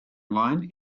line